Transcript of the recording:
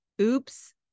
Oops